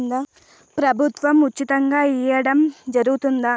ప్రభుత్వం ఉచితంగా ఇయ్యడం జరుగుతాదా?